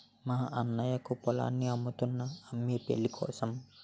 మా అన్నయ్యకు పొలాన్ని అమ్ముతున్నా అమ్మి పెళ్ళికోసం